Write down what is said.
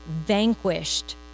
vanquished